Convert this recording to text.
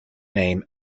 name